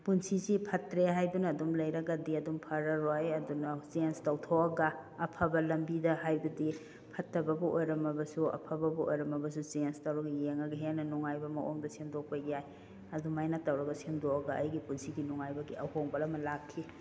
ꯄꯨꯟꯁꯤꯁꯤ ꯐꯠꯇ꯭ꯔꯦ ꯍꯥꯏꯗꯨꯅ ꯑꯗꯨꯝ ꯂꯩꯔꯒꯗꯤ ꯑꯗꯨꯝ ꯐꯔꯔꯣꯏ ꯑꯗꯨꯅ ꯆꯦꯟꯁ ꯇꯧꯊꯣꯛꯑꯒ ꯑꯐꯕ ꯂꯝꯕꯤꯗ ꯍꯥꯏꯕꯗꯤ ꯐꯠꯇꯕꯕꯨ ꯑꯣꯏꯔꯝꯃꯕꯁꯨ ꯑꯐꯕꯕꯨ ꯑꯣꯏꯔꯝꯃꯕꯁꯨ ꯆꯦꯟꯁ ꯇꯧꯔꯒ ꯌꯦꯡꯉꯒ ꯍꯦꯟꯅ ꯅꯨꯡꯉꯥꯏꯕ ꯃꯑꯣꯡꯗ ꯁꯦꯝꯇꯣꯛꯄ ꯌꯥꯏ ꯑꯗꯨꯃꯥꯏꯅ ꯇꯧꯔꯒ ꯁꯦꯝꯗꯣꯛꯑꯒ ꯑꯩꯒꯤ ꯄꯨꯟꯁꯤꯒꯤ ꯅꯨꯡꯉꯥꯏꯕꯒꯤ ꯑꯍꯣꯡꯕ ꯑꯃ ꯂꯥꯛꯈꯤ